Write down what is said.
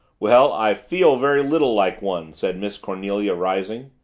well, i feel very little like one, said miss cornelia, rising.